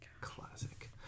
Classic